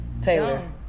Taylor